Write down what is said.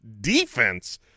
defense